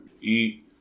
Eat